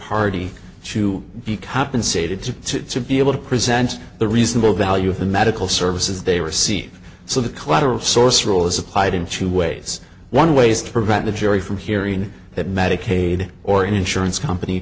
party to be compensated to be able to present the reasonable value of the medical services they receive so the collateral source rule is applied and she weighs one ways to prevent the jury from hearing that medicaid or an insurance company